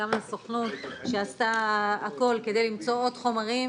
גם לסוכנות שעשתה הכול כדי למצוא עוד חומרים,